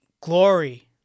Glory